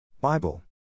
Bible